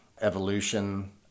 evolution